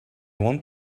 want